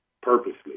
purposely